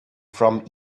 from